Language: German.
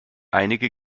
einige